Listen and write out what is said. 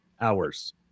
hours